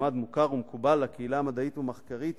מעמד מוכר ומקובל בקהילה המדעית והמחקרית,